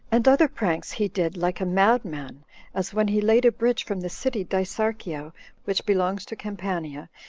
and other pranks he did like a madman as when he laid a bridge from the city dicearchia, which belongs to campania,